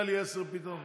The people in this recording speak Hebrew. איך נהיו לי עשרה פתאום?